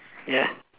yeah